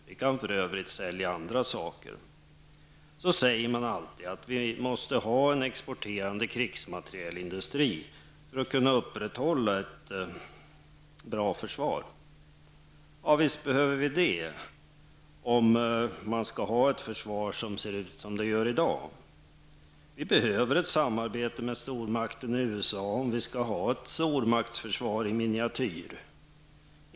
Vi kan för övrigt sälja andra saker. Så sägs det alltid att vi måste ha en exporterande krigsmaterielindustri för att kunna upprätthålla ett bra försvar. Ja, visst behöver vi det, om vi skall ha ett försvar som ser ut som det vi har i dag. Vi behöver ett samarbete med stormakten USA, om vi skall ha ett stormaktsförsvar i miniatyr.